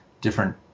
different